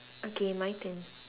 okay my turn